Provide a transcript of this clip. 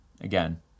again